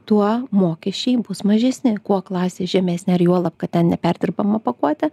tuo mokesčiai bus mažesni kuo klasė žemesnė ar juolab kad ten neperdirbama pakuotė